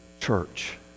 church